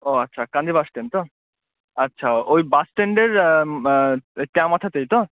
ও আচ্ছা Kandi bus stand তো আচ্ছা ওই বাস স্ট্যান্ডের ওই চার মাথাতেই তো